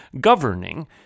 governing